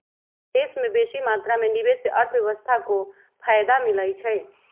देश में बेशी मात्रा में निवेश से अर्थव्यवस्था को फयदा मिलइ छइ